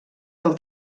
del